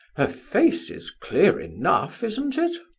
her face is clear enough, isn't it?